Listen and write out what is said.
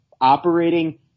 operating